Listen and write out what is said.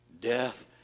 Death